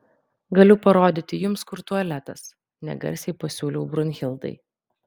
galiu parodyti jums kur tualetas negarsiai pasiūliau brunhildai